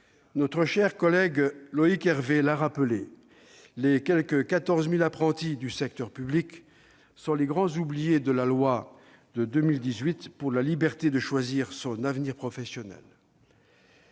Notre cher collègue Loïc Hervé l'a rappelé : les quelque 14 000 apprentis du secteur public sont les grands oubliés de la loi de 2018 pour la liberté de choisir son avenir professionnel.